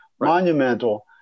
Monumental